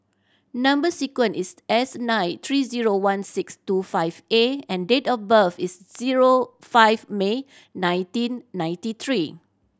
number sequence is S nine three zero one six two five A and date of birth is zero five May nineteen ninety three